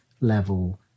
level